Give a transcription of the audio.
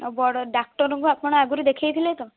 ଆଉ ବଡ଼ ଡାକ୍ଟରଙ୍କୁ ଆପଣ ଆଗରୁ ଦେଖାଇଥିଲେ ତ